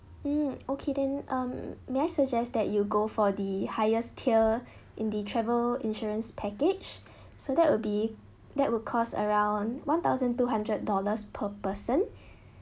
mm okay then um may I suggest that you go for the highest tier in the travel insurance package so that would be that would cost around one thousand two hundred dollars per person